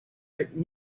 but